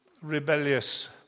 rebellious